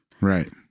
Right